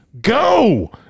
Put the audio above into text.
Go